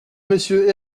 monsieur